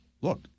Look